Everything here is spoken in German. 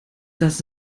das